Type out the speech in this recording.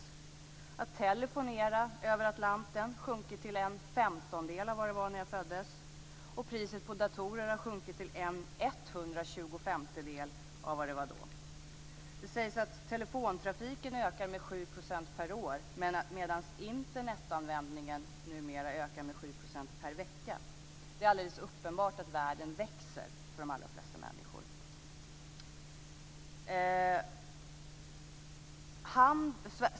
Priset för att telefonera över Atlanten har sjunkit till en femtondel av vad det var när jag föddes, och priset på datorer har sjunkit till en etthundratjugofemtedel av vad det var då. Det sägs att telefontrafiken ökar med 7 % per år medan Internetanvändningen numera ökar med 7 % per vecka. Det är uppenbart att världen växer för de allra flesta människor.